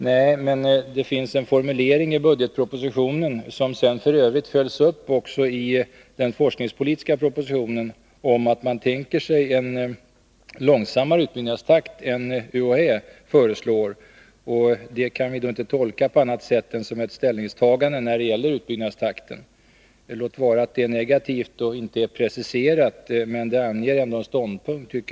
Nej, men det finns en formulering i budgetpropositionen, som sedan f. ö. följs upp i den forskningspolitiska propositionen, om att man tänker sig en långsammare utbyggnadstakt än den som UHÄ föreslår. Det kan vi inte tolka på annat sätt än att det är ett ställningstagande när det gäller utbyggnadstakten — låt vara att det är negativt och ej preciserat, men det anger ändå en ståndpunkt.